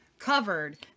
covered